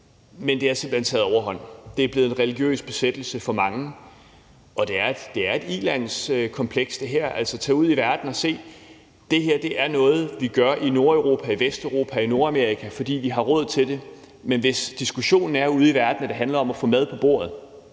men det har simpelt hen taget overhånd. Det er blevet en religiøs besættelse for mange, og det er et ilandskompleks. Altså, man kan tage ud i verden og se, at det her er noget, vi gør i Nordeuropa, Vesteuropa og Nordamerika, fordi vi har råd til det. Men hvis diskussionen ude i verden handler om at få mad på bordet,